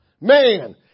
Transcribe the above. man